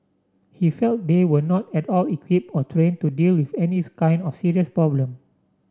he felt they were not at all equipped or trained to deal with any kind of serious problem